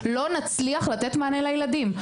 לא נצליח לתת מענה לילדים.